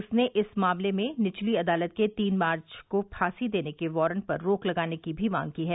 उसने इस मामले में निचली अदालत के तीन मार्च को फांसी देने के वारंट पर रोक लगाने की भी मांग की है